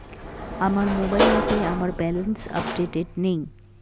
আমার মোবাইল অ্যাপে আমার ব্যালেন্স আপডেটেড নেই